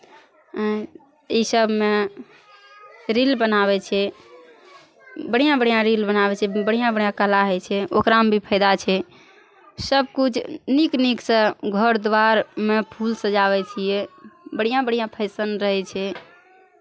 इसभमे रील बनाबै छै बढ़िआँ बढ़िआँ रील बनाबै छै बढ़िआँ बढ़िआँ कला होइ छै ओकरामे भी फाइदा छै सभकिछु नीक नीकसँ घर दुआरिमे फूल सजाबै छियै बढ़िआँ बढ़िआँ फैशन रहै छै